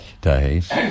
days